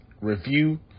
review